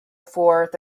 forth